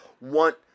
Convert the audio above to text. want